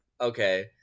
okay